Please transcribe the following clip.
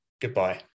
goodbye